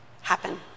happen